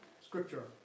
scripture